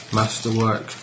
masterwork